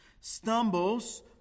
stumbles